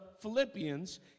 Philippians